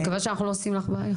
אני מקווה שאני לא עושים לך בעיות.